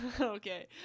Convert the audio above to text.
Okay